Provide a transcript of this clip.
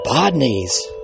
Bodneys